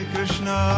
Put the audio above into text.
Krishna